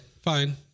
fine